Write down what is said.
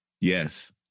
Yes